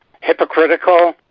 hypocritical